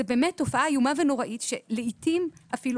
זאת באמת תופעה איומה ונוראית שלעיתים אפילו